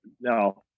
no